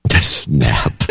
snap